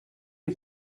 you